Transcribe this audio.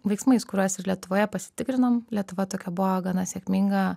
veiksmais kuriuos ir lietuvoje pasitikrinom lietuva tokia buvo gana sėkminga